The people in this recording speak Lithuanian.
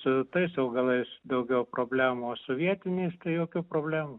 su tais augalais daugiau problemos su vietiniais tai jokių problemų